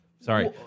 Sorry